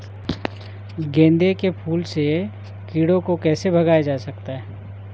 गेंदे के फूल से कीड़ों को कैसे भगाया जा सकता है?